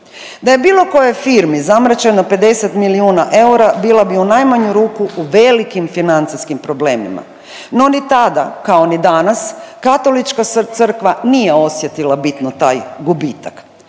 Da je bilo kojoj firmi zamračeno 50 milijuna eura bila bi u najmanju ruku u velikim financijskim problemima. No ni tada kao ni danas Katolička crkva nije osjetila bitno taj gubitak.